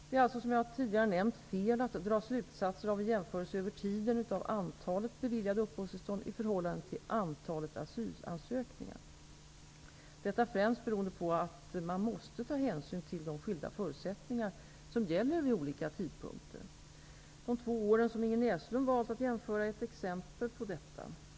Det är alltså, som jag tidigare nämnt, fel att dra slutsatser av en jämförelse över tiden av antalet beviljade uppehållstillstånd i förhållande till antalet asylansökningar. Detta främst beroende på att man måste ta hänsyn till de skilda förutsättningar som gäller vid olika tidpunkter. De två åren som Ingrid Näslund valt att jämföra är ett exempel på detta.